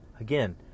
Again